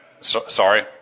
Sorry